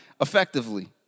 effectively